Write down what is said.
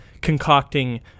concocting